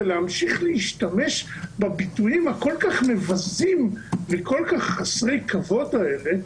ולהמשיך להשתמש בביטויים הכול כך מבזים וכל כך חסרי כבוד האלה,